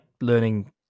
learning